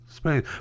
Spain